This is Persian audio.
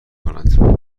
کند